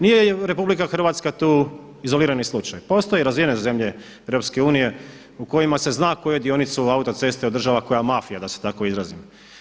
Nije RH tu izolirani slučaj, postoji razine zemlje EU u kojima se zna koju dionicu autoceste održava koja mafija da se tako izrazim.